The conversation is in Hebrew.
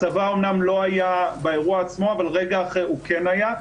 הצבא אומנם לא היה באירוע עצמו אבל רגע אחר הוא כן היה,